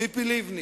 ציפי לבני,